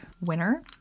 winner